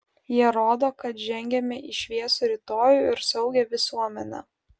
jie rodo kad žengiame į šviesų rytojų ir saugią visuomenę